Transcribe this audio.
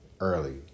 early